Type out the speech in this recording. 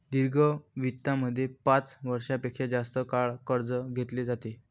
दीर्घ वित्तामध्ये पाच वर्षां पेक्षा जास्त काळ कर्ज घेतले जाते